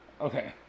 okay